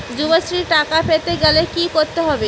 যুবশ্রীর টাকা পেতে গেলে কি করতে হবে?